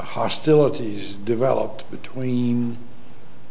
hostilities developed between